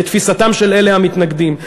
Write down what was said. לתפיסתם של אלה המתנגדים.